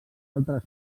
altres